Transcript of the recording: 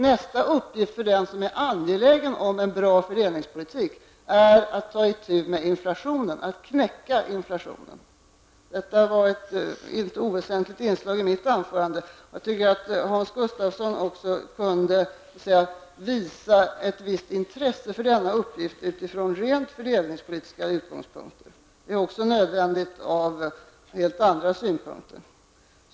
Nästa uppgift för den som är angelägen om en bra fördelningspolitik är att ta itu med inflationen, att knäcka inflationen. Detta var ett icke oväsentligt inslag i mitt huvudanförande, och jag tycker att också Hans Gustafsson kunde visa ett visst intresse för denna uppgift utifrån rent fördelningspolitiska utgångspunkter, och det är också nödvändigt av helt andra orsaker.